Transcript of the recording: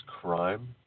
crime